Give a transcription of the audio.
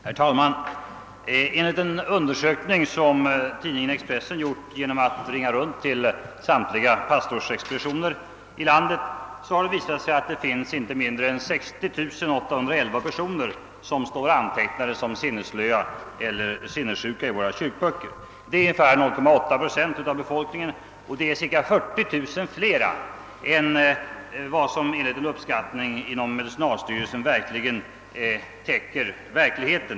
Herr talman! Enligt en undersökning som tidningen Expressen gjort genom att ringa runt till samtliga pastorsexpeditioner i landet har det visat sig att inte mindre än 60 811 personer står antecknade som sinnesslöa eller sinnessjuka i våra kyrkoböcker. Det är ungefär 0,8 procent av befolkningen - eler cirka 40 000 flera än vad som enligt uppskattning av. den tidigare medicinalstyrelsen motsvarar verkligheten.